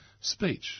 speech